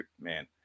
man